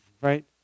right